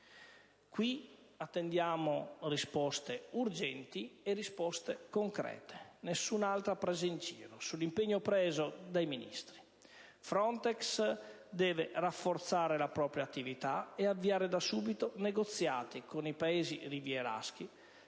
Qui attendiamo risposte urgenti e concrete: nessun'altra presa in giro sull'impegno assunto dai Ministri. FRONTEX deve rafforzare la propria attività e avviare da subito negoziati con i Paesi rivieraschi